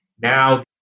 now